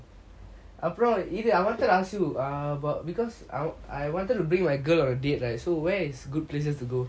அப்புறம்:apram I wanted ask you err about because I wanted to bring a girl on a date right so where is a good places to go